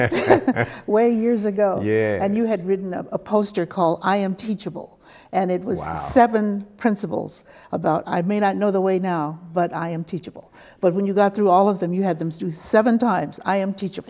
been way years ago and you had written a poster call i am teachable and it was seven principles about i may not know the way now but i am teachable but when you got through all of them you had them to seven times i am teach